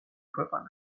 ქვეყანა